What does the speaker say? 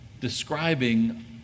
describing